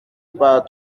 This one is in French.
par